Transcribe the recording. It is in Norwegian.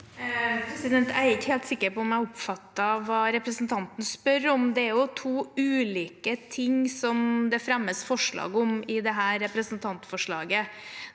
Jeg er ikke helt sikker på om jeg oppfattet hva representanten spør om. Det er to ulike ting det fremmes forslag om i dette representantforslaget.